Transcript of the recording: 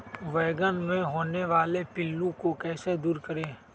बैंगन मे होने वाले पिल्लू को कैसे दूर करें?